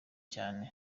cyane